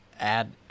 add